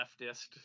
leftist